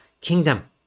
kingdom